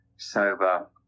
sober